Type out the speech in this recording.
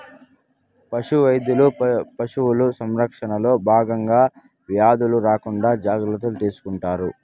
పశు వైద్యులు పశువుల సంరక్షణలో భాగంగా వ్యాధులు రాకుండా జాగ్రత్తలు తీసుకుంటారు